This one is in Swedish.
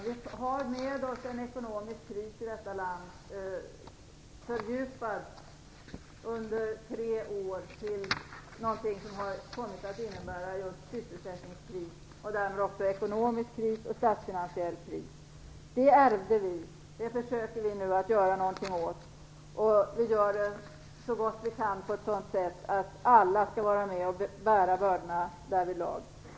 Vi har med oss en ekonomisk kris i detta land som fördjupades under tre år till något som har kommit att innebära just sysselsättningskris, och därmed också ekonomisk kris och statsfinansiell kris. Det ärvde vi. Det försöker vi nu att göra något åt. Vi gör så gott vi kan på ett sådant sätt att alla skall vara med och bära bördorna.